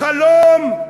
חלום.